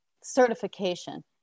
certification